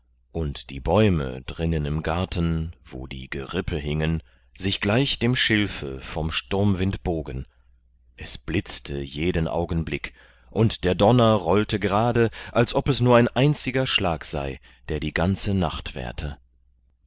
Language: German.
und die bäume drinnen im garten wo die gerippe hingen sich gleich dem schilfe vom sturmwind bogen es blitzte jeden augenblick und der donner rollte gerade als ob es nur ein einziger schlag sei der die ganze nacht währte